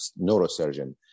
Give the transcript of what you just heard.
neurosurgeon